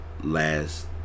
last